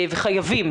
וחייבים,